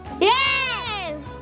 Yes